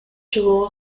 чыгууга